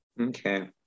Okay